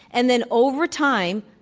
and then over time,